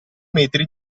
metri